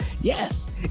Yes